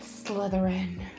slytherin